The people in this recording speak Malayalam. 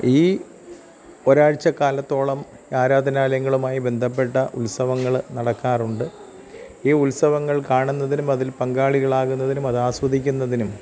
ഈ ഒരാഴ്ചക്കാലത്തോളം ആരാധനാലയങ്ങളുമായി ബന്ധപ്പെട്ട ഉത്സവങ്ങള് നടക്കാറുണ്ട് ഈ ഉത്സവങ്ങൾ കാണുന്നതിനും അതിൽ പങ്കാളികളാകുന്നതിനും അതാസ്വദിക്കുന്നതിനും